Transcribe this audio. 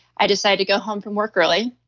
i decided to go home from work early.